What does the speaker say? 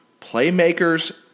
Playmakers